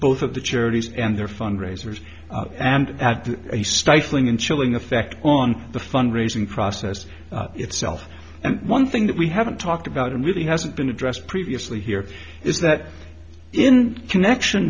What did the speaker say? both of the charities and their fundraisers and a stifling and chilling effect on the fun raising process itself and one thing that we haven't talked about and really hasn't been addressed previously here is that in connection